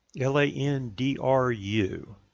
L-A-N-D-R-U